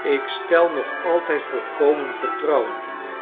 ik stel nog altijd volkomen vertrouwen in je